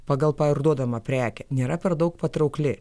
pagal parduodamą prekę nėra per daug patraukli